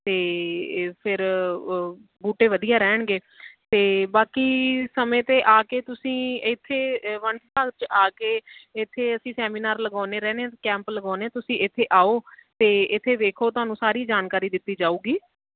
ਅਤੇ ਫਿਰ ਬੂਟੇ ਵਧੀਆ ਰਹਿਣਗੇ ਅਤੇ ਬਾਕੀ ਸਮੇਂ 'ਤੇ ਆ ਕੇ ਤੁਸੀਂ ਇੱਥੇ ਵਣ ਵਿਭਾਗ 'ਚ ਆ ਕੇ ਇੱਥੇ ਅਸੀਂ ਸੈਮੀਨਾਰ ਲਗਾਉਂਦੇ ਰਹਿੰਦੇ ਕੈਂਪ ਲਗਾਉਂਦੇ ਤੁਸੀਂ ਇੱਥੇ ਆਓ ਅਤੇ ਇੱਥੇ ਵੇਖੋ ਤੁਹਾਨੂੰ ਸਾਰੀ ਜਾਣਕਾਰੀ ਦਿੱਤੀ ਜਾਵੇਗੀ